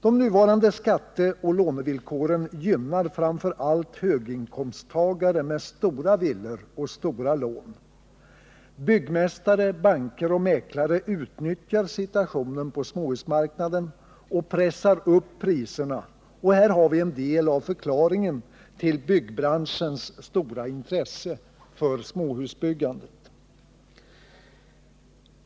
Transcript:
De nuvarande skatteoch lånevillkoren gynnar framför allt höginkomsttagare med stora villor och stora lån. Byggmästare, banker och mäklare utnyttjar situationen på småhusmarknaden och pressar upp priserna, och här har vi en del av förklaringen till byggbranschens stora intresse för småhusbyggandet.